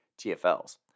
TFLs